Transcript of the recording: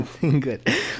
good